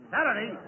Saturday